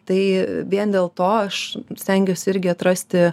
tai vien dėl to aš stengiuosi irgi atrasti